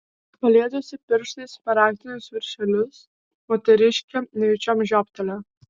palietusi pirštais smaragdinius viršelius moteriškė nejučiom žioptelėjo